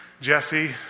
Jesse